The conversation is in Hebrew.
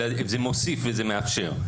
אלא זה מוסיף וזה מאפשר.